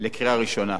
לקריאה ראשונה.